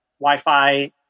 Wi-Fi